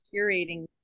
curating